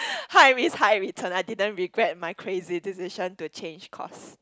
high risk high return I didn't regret my crazy decision to change course